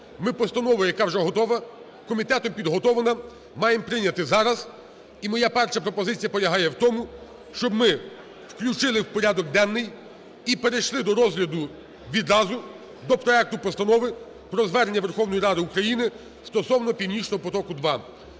ми постанову, яка вже готова, комітетом підготовлена, маємо прийняти зараз, і моя перша пропозиція полягає в тому, щоб ми включили в порядок денний і перешли до розгляду відразу до проекту Постанови про Звернення Верховної Ради України стосовно "Північного потоку 2".